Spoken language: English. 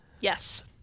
Yes